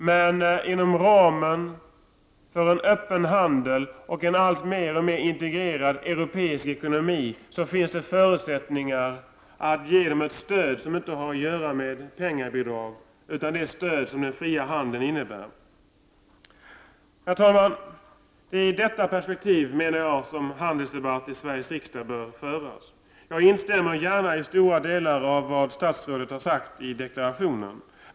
Men inom ramen för öppen handel och en alltmer integrerad europeisk ekonomi finns det förutsättningar att ge dem ett stöd som inte har att göra med penningbidrag utan det stöd som den fria handeln innebär. Herr talman! Det är i detta perspektiv som jag menar att handelsdebatten i Sveriges riksdag bör föras. Jag instämmer gärna i stora delar av vad statsrådet har sagt i deklarationen.